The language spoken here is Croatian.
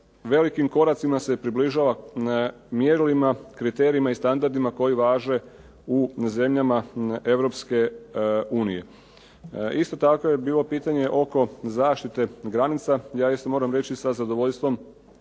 velikim koracima se približava mjerilima, kriterijima i standardima koji važe u zemljama Europske unije. Isto tako je bilo pitanje oko zaštite granica. Ja isto moram reći sa zadovoljstvom